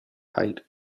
height